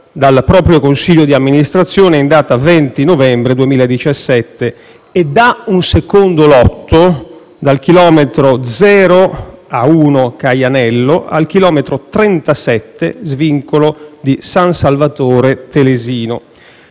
dal proprio consiglio di amministrazione in data 20 novembre 2017), e da un secondo lotto, dal chilometro 0-A1 Caianello al chilometro 37, svincolo di San Salvatore Telesino,